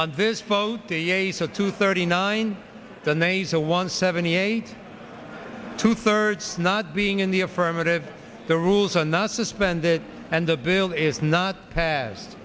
yeas are two thirty nine the nasal one seventy eight two thirds not being in the affirmative the rules are not suspended and the bill is not